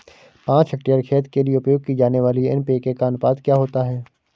पाँच हेक्टेयर खेत के लिए उपयोग की जाने वाली एन.पी.के का अनुपात क्या होता है?